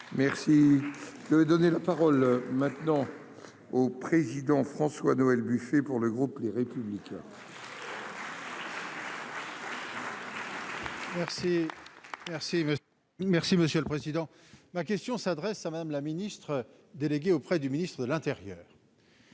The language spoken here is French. Merci de me donner la parole maintenant. Au président François-Noël Buffet pour le groupe Les Républicains. Merci, merci. Merci monsieur le président, ma question s'adresse à Madame la ministre déléguée auprès du ministre de l'Intérieur.